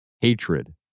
Hatred